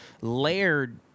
layered